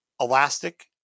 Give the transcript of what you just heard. Elastic